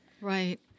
Right